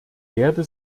werde